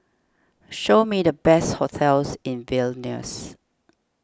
show me the best hotels in Vilnius